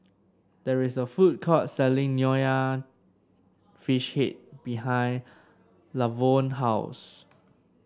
there is a food court selling Nonya Fish Head behind Lavonne house